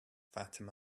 fatima